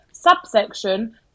Subsection